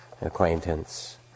acquaintance